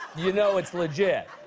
you know it's legit.